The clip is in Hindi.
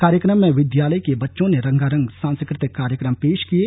कार्यक्रम में विद्यालय के बच्चों ने रंगारंग सांस्कृतिक कार्यक्रम पेश किये